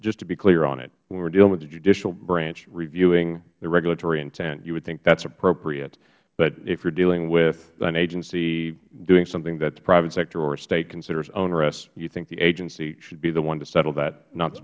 just to be clear on it when we are dealing with the judicial branch reviewing the regulatory intent you would think that is appropriate but if you are dealing with an agency doing something that the private sector or a state considers onerous you think the agency should be the one to settle that not the